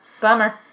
Bummer